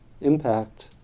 impact